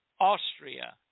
Austria